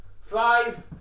five